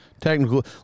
technical